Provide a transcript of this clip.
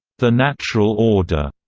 the natural order,